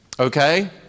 Okay